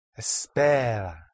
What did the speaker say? Espera